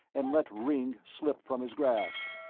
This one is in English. and let ringg slip from his grasp.